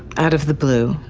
out of the blue,